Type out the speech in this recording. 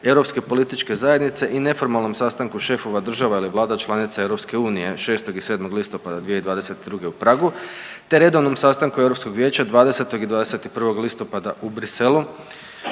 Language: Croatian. Europske političke zajednice i neformalnom sastanku šefova država ili vlada članica EU 6. i 7. listopada 2022. u Pragu, te redovnom sastanku Europskog vijeća 20. i 21. listopada u Briselu,